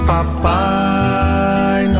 Papai